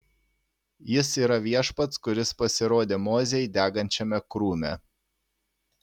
jis yra viešpats kuris pasirodė mozei degančiame krūme